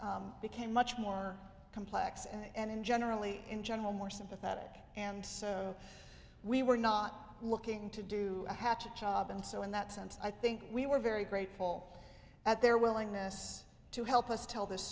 became much more complex and generally in general more sympathetic and so we were not looking to do a hatchet job and so in that sense i think we were very grateful at their willingness to help us tell this